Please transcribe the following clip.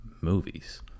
movies